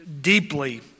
deeply